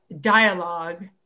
dialogue